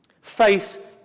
Faith